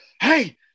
Hey